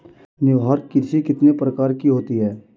निर्वाह कृषि कितने प्रकार की होती हैं?